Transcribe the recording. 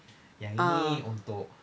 ah